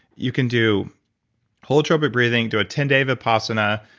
you can do holotropic breathing, do a ten day vipassana,